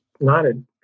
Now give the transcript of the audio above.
nodded